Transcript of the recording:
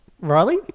Riley